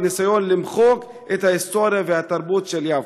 בניסיון למחוק את ההיסטוריה והתרבות של יפו,